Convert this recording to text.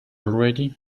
ready